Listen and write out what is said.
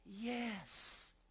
Yes